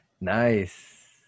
nice